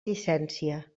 llicència